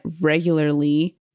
regularly